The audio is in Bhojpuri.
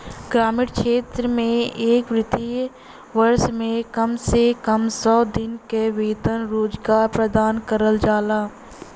ग्रामीण क्षेत्र में एक वित्तीय वर्ष में कम से कम सौ दिन क वेतन रोजगार प्रदान करल जाला